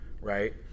right